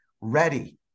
ready